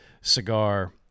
cigar